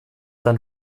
dann